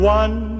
one